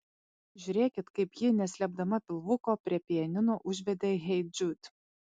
žiūrėkit kaip ji neslėpdama pilvuko prie pianino užvedė hey jude